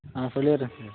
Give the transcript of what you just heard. ஆ சொல்லிடுறேன் சார்